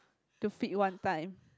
to feed one time